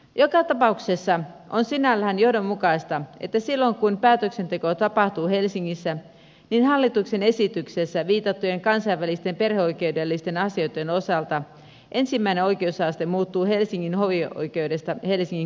joka tapauksessa on sinällään johdonmukaista että silloin kun päätöksenteko tapahtuu helsingissä hallituksen esityksessä viitattujen kansainvälisten perheoikeudellisten asioitten osalta ensimmäinen oikeusaste muuttuu helsingin hovioikeudesta helsingin käräjäoikeudeksi